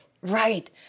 Right